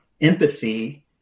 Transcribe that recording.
empathy